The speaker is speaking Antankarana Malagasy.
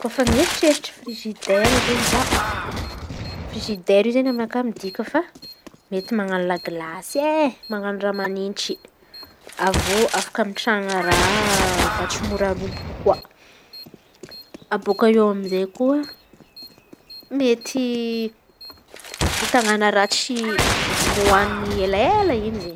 Kôfa mieritreritry frizidera izen̈y za, frizidera io izen̈y aminakà midika fa mety manan̈o lagilasy e. Manan̈o raha manitsy avy eo ametrahana raha mba tsy ho mora robaky koa abôaka eo amy izey koa mety hitanana raha tsy hohaniny elaela in̈y raha zey.